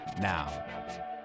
now